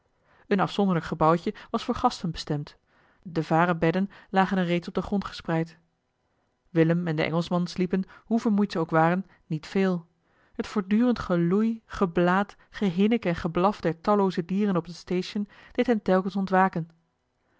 een afzonderlijk gebouwtje was voor gasten bestemd de varen bedden lagen er steeds op den grond gespreid willem en de engelschman sliepen hoe vermoeid ze ook waren niet veel het voortdurend geloei geblaat gehinnik en geblaf der tallooze dieren op het station deed hen telkens ontwaken